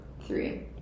Three